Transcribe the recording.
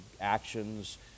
actions